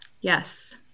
Yes